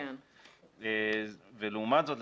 לעומת זאת,